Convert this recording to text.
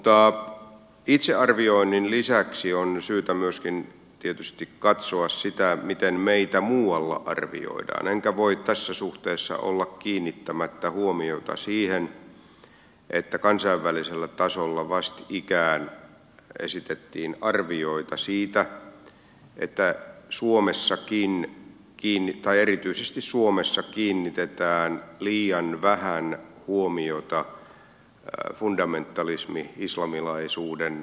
mutta itsearvioinnin lisäksi on tietysti myöskin syytä katsoa sitä miten meitä muualla arvioidaan enkä voi tässä suhteessa olla kiinnittämättä huomiota siihen että kansainvälisellä tasolla vastikään esitettiin arvioita siitä että erityisesti suomessa kiinnitetään liian vähän huomiota fundamentalismi islamilaisuuden vaaratekijöihin yhteiskunnassamme